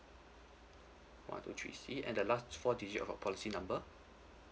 one two three C and the last four digit of your policy number